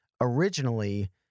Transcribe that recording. originally